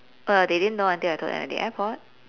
uh they didn't know until I told them at the airport